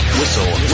Whistle